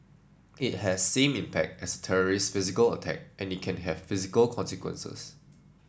it has same impact as terrorist's physical attack and it can have physical consequences